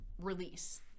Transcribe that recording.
release